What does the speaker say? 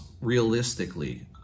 realistically